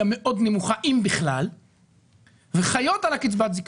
מאוד נמוכה אם בכלל והן חיות על קצבת זקנה.